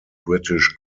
british